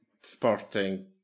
sporting